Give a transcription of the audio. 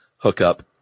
hookup